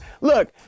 Look